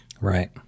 Right